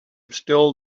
still